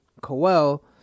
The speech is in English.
Coel